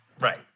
right